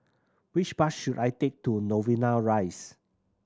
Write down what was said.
which bus should I take to Novena Rise